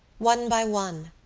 one by one,